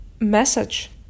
message